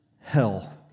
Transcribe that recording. Hell